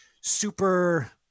super